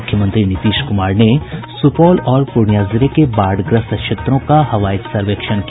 मुख्यमंत्री नीतीश कुमार ने सुपौल और पूर्णियां जिले के बाढ़ग्रस्त क्षेत्रों का हवाई सर्वेक्षण किया